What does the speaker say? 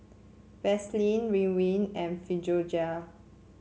Vaselin Ridwind and Physiogel